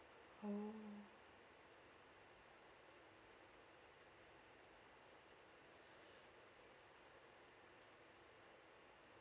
oh